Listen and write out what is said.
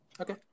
Okay